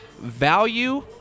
value